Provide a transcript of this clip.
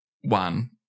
one